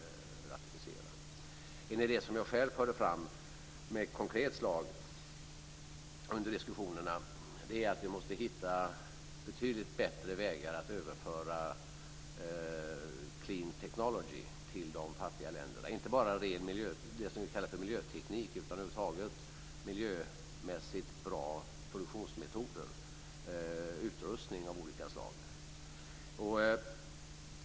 En idé av mer konkret slag som jag själv förde fram under diskussionerna är att vi måste hitta betydligt bättre vägar att överföra clean technology till de fattiga länderna, inte bara det vi kallar för ren miljöteknik, utan över huvud taget miljömässigt bra produktionsmetoder och utrustning av olika slag.